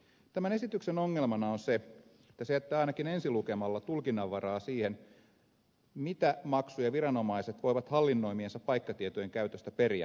tämän esityksen ongelmana on se että se jättää ainakin ensi lukemalla tulkinnanvaraa siihen mitä maksuja viranomaiset voivat hallinnoimiensa paikkatietojen käytöstä periä